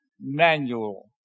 manual